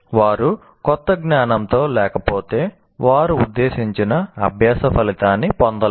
వారు క్రొత్త జ్ఞానంతో లేపోకపోతే వారు ఉద్దేశించిన అభ్యాస ఫలితాన్ని పొందలేరు